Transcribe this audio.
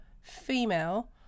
female